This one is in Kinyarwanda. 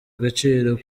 agaciro